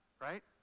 right